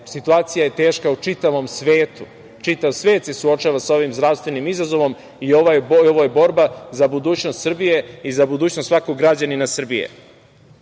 situacija je teška u čitavom svetu. Čitav svet se suočava sa ovim zdravstvenim izazovom i ovo je borba za budućnost Srbije i za budućnost svakog građanina Srbije.